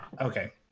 Okay